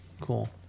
cool